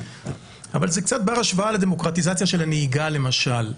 אבל זה קצת בר השוואה לדמוקרטיזציה של הנהיגה למשל,